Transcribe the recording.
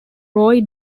roy